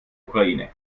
ukraine